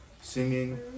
singing